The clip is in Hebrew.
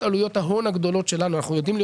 עלויות ההון הגדולות שלנו אנחנו יודעים להיות